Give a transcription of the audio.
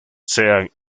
sean